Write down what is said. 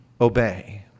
obey